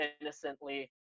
innocently